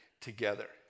together